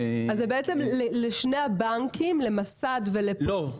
בעצם לשני הבנקים, למסד ולבנק הפועלים --- לא.